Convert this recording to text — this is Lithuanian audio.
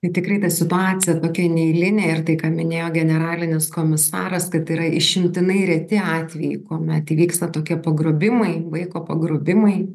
ji tikrai ta situacija tokia neeilinė ir tai ką minėjo generalinis komisaras kad yra išimtinai reti atvejai kuomet įvyksta tokie pagrobimai vaiko pagrobimai